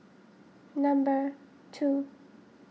number two